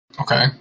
Okay